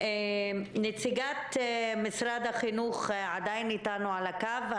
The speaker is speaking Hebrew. נציגת משרד החינוך עדיין איתנו על הקו,